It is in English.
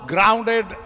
grounded